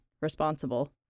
responsible